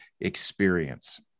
experience